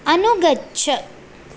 अनुगच्छ